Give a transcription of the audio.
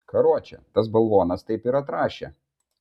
karoče tas balvonas taip ir atrašė